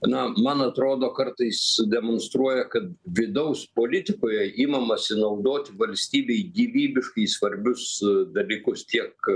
na man atrodo kartais demonstruoja kad vidaus politikoje imamasi naudoti valstybei gyvybiškai svarbius dalykus tiek